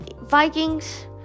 Vikings